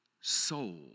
soul